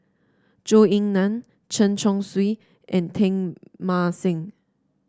Zhou Ying Nan Chen Chong Swee and Teng Mah Seng